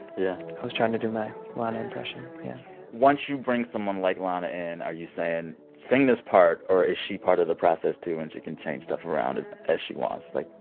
yeah i was trying to do my lana impression, yeah once you bring someone like lana in, are you saying, sing this part? or is she part of the process too and she can change stuff around as she wants? like,